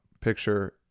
picture